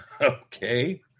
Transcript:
Okay